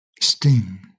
Sting